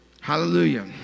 Hallelujah